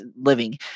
living